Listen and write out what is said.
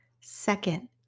Second